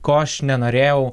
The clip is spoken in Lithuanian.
ko aš nenorėjau